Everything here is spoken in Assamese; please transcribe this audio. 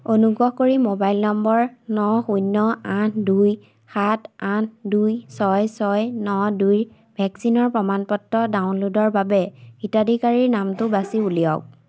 অনুগ্ৰহ কৰি মোবাইল নম্বৰ ন শূন্য আঠ দুই সাত আঠ দুই ছয় ছয় ন দুইৰ ভেকচিনৰ প্ৰমাণ পত্ৰ ডাউনলোডৰ বাবে হিতাধিকাৰীৰ নামটো বাচি উলিয়াওক